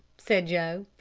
said joe,